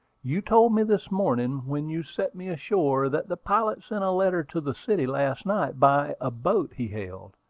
you told me this morning, when you set me ashore, that the pilot sent a letter to the city last night by a boat he hailed.